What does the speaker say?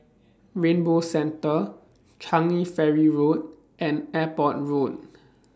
Rainbow Centre Changi Ferry Road and Airport Road